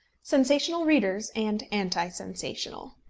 sensational readers and anti-sensational.